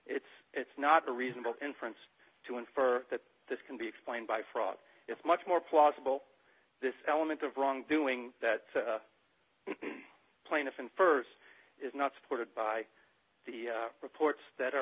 it's it's not a reasonable inference to infer that this can be explained by fraud it's much more plausible this element of wrongdoing that plaintiff and st is not supported by the reports that are